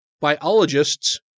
biologists